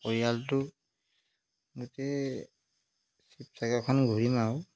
পৰিয়ালটো গোটেই শিৱসাগৰখন ঘূৰিম আৰু